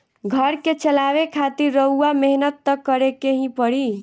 घर के चलावे खातिर रउआ मेहनत त करें के ही पड़ी